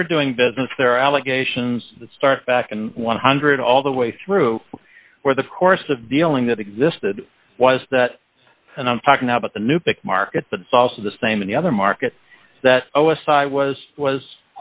were doing business their allegations start back and one hundred all the way through or the course of dealing that existed was that and i'm talking about the new pick markets but it's also the same in the other markets that o s i was was